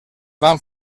van